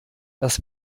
das